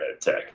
tech